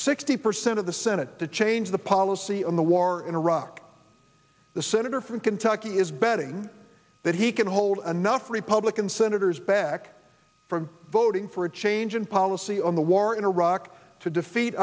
sixty percent of the senate to change the policy on the war in iraq the senator from kentucky is betting that he can hold enough republican senators back from voting for a change in policy on the war in iraq to defeat